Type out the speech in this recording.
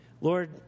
Lord